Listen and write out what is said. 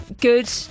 good